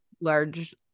large